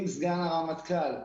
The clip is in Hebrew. עם סגן הרמטכ"ל,